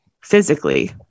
physically